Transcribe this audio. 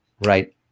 right